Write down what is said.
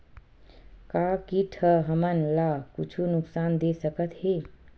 का कीट ह हमन ला कुछु नुकसान दे सकत हे?